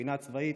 ומבחינה צבאית,